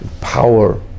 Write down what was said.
power